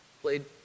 played